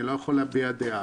אני לא יכול להביע דעה.